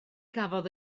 gafodd